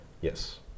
Yes